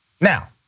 Now